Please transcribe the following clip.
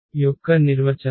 యొక్క నిర్వచనం